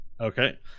okay